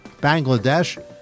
Bangladesh